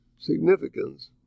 significance